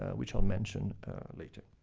ah which are mentioned later.